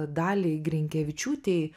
daliai grinkevičiūtei